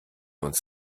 uns